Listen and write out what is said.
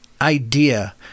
idea